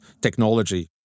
technology